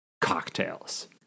cocktails